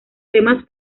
temas